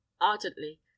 ardently